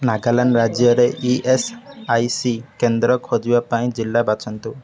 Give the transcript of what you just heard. ନାଗାଲାଣ୍ଡ ରାଜ୍ୟରେ E S I C କେନ୍ଦ୍ର ଖୋଜିବା ପାଇଁ ଜିଲ୍ଲା ବାଛନ୍ତୁ